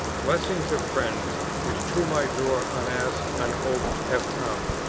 blessings of friends, which to my door unasked, unhoped, have come.